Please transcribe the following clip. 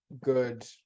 good